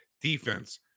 defense